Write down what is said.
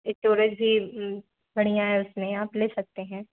एटुरेंस भी बढ़िया है उसमें आप ले सकते हैं